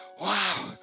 Wow